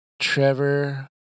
Trevor